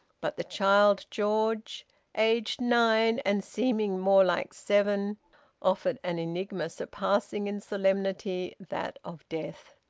but the child george aged nine and seeming more like seven offered an enigma surpassing in solemnity that of death.